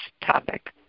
topic